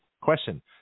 Question